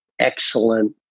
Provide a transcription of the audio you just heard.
excellent